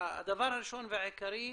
הדבר הראשון והעיקרי,